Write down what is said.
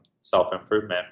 self-improvement